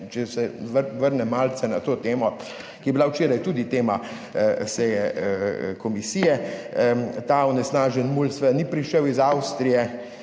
če se vrnem malce na to temo, ki je bila včeraj tudi tema seje komisije, ta onesnažen mulj seveda ni prišel iz Avstrije